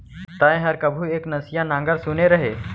तैंहर कभू एक नसिया नांगर सुने रहें?